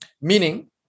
meaning